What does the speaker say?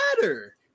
matter